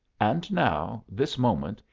and now, this moment,